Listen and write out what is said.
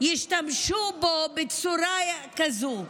ישתמשו בצורה כזאת.